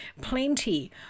plenty